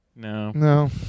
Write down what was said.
No